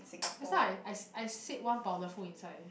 just now I I I said one powderful inside eh